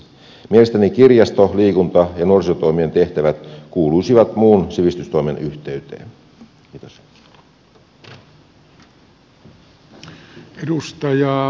mielestäni kirjasto liikunta ja nuorisotoimien tehtävät kuuluisivat muun sivistystoimen yhteyteen